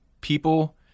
people